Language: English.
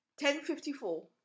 1054